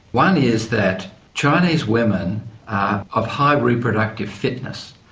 one is that chinese women are of high reproductive fitness.